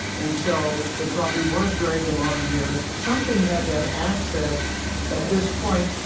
and so it probably was dragged along here. something had to have access at this point.